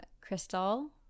Crystal